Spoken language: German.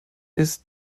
ist